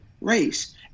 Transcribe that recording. race